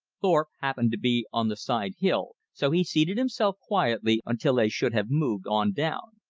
thorpe happened to be on the side-hill, so he seated himself quietly until they should have moved on down.